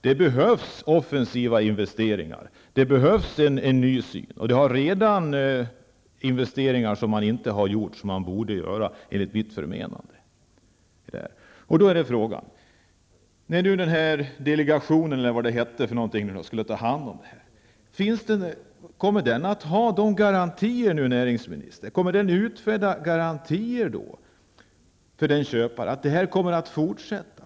Det behövs offensiva investeringar, en ny syn. Vissa investeringar borde ha gjorts redan i dag. Då är frågan till näringsministern: Kommer den här delegationen, som skulle ta hand om det här, att utfärda garantier av köparen att verksamheten kommer att fortsätta?